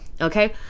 okay